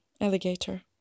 Alligator